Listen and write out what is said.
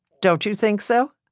don't you think so?